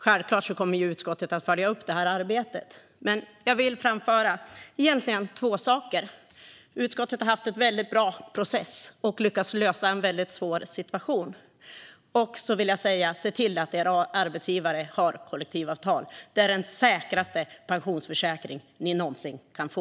Självklart kommer utskottet att följa upp arbetet. Jag vill egentligen framföra två saker. Utskottet har haft en väldigt bra process och lyckats lösa en väldigt svår situation. Jag vill också säga: Se till att era arbetsgivare har kollektivavtal. Det är den säkraste pensionsförsäkring ni någonsin kan få.